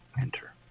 Enter